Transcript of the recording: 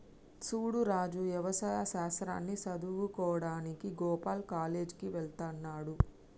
సూడు రాజు యవసాయ శాస్త్రాన్ని సదువువుకోడానికి గోపాల్ కాలేజ్ కి వెళ్త్లాడు